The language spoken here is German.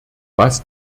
was